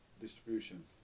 distribution